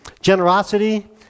Generosity